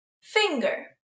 finger